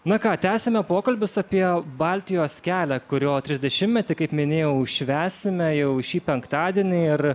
na ką tęsiame pokalbius apie baltijos kelią kurio trisdešimtmetį kaip minėjau švęsime jau šį penktadienį ir